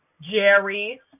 Jerry